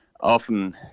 often